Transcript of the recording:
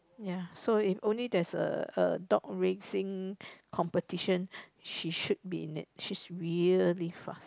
yeah so if only that's a a dog racing competition she should be in it she should be really fast